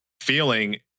feeling